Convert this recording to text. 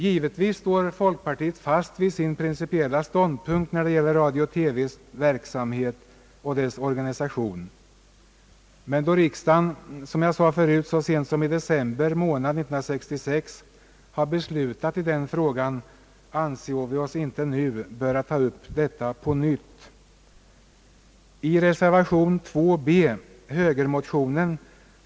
Givetvis står folkpartiet fast vid sin principiella ståndpunkt när det gäller Radio-TV:s verksamhet och organisation. Men då riksdagen som jag sade förut så sent som i december 1966 har beslutat i denna fråga, anser vi oss inte nu böra ta upp den på nytt. I reservation b, högerreservationen.